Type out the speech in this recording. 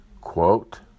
Quote